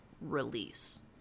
release